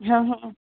ਹਾਂ ਹਾਂ